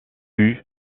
eut